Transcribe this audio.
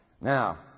Now